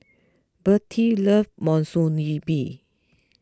Bertie loves Monsunabe